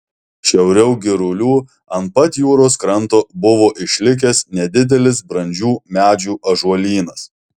šiauriau girulių ant pat jūros kranto buvo išlikęs nedidelis brandžių medžių ąžuolynas